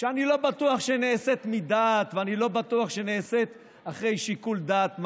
אני לא בטוח שנעשית מדעת ואני לא בטוח שנעשית אחרי שיקול דעת מעמיק.